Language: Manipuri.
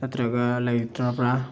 ꯅꯠꯇ꯭ꯔꯒ ꯂꯩꯇ꯭ꯔꯕ꯭ꯔꯥ